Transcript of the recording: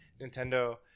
Nintendo